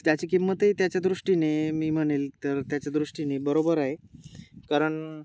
त्याची किंमतही त्याच्या दृष्टीने मी म्हणेल तर त्याच्या दृष्टीने बरोबर आहे कारण